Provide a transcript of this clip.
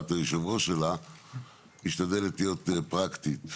שבהשפעת היו"ר שלה, משתדלת להיות פרקטית.